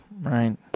right